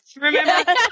Remember